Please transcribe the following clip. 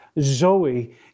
Zoe